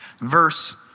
verse